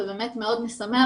ובאמת מאוד משמח,